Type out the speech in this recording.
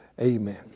amen